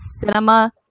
Cinema